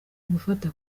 gufata